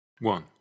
one